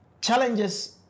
challenges